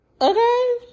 Okay